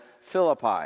Philippi